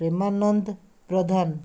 Premananda Pradhan